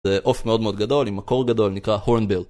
זה עוף מאוד מאוד גדול עם מקור גדול נקרא Hornbill